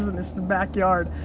this backyard.